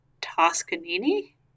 Toscanini